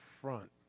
front